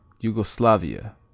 Yugoslavia